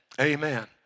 Amen